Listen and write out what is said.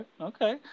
okay